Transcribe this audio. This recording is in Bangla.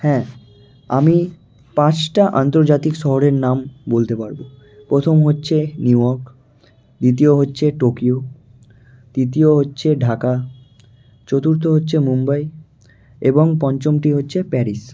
হ্যাঁ আমি পাঁচটা আন্তর্জাতিক শহরের নাম বলতে পারবো প্রথম হচ্ছে নিউ ইয়র্ক দ্বিতীয় হচ্ছে টোকিও তৃতীয় হচ্ছে ঢাকা চতুর্থ হচ্ছে মুম্বই এবং পঞ্চমটি হচ্ছে প্যারিস